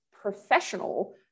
professional